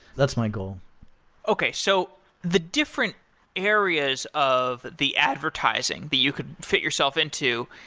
that's my goal okay. so the different areas of the advertising that you could fit yourself into,